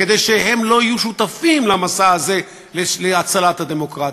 כדי שהם לא יהיו שותפים למסע הזה להצלת הדמוקרטיה.